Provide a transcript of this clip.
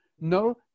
No